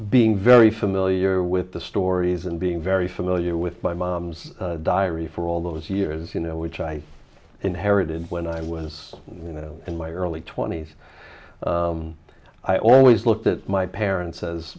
being very familiar with the stories and being very familiar with my mom's diary for all those years you know which i inherited when i was you know in my early twenty's i always looked at my parents as